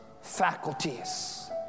faculties